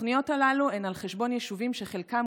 התוכניות הללו הן על חשבון יישובים שחלקם